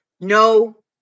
No